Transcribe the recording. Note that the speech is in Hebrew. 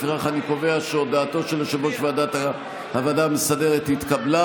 לפיכך אני קובע שהודעתו של יושב-ראש הוועדה המסדרת התקבלה.